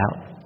out